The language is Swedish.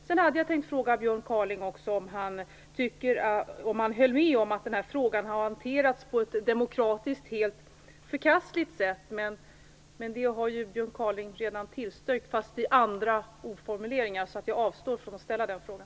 Sedan hade jag också tänkt fråga Björn Kaaling om han höll med om att den här frågan har hanterats på ett demokratiskt helt förkastligt sätt, men det har han redan tillstyrkt, fast med en annan formulering. Jag avstår därför från att ställa den frågan.